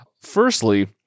Firstly